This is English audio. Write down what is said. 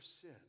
sin